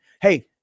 Hey